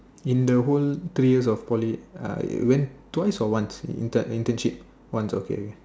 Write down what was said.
in the whole three years of Poly I went twice or once intern~ internship once okay